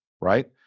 right